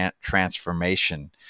transformation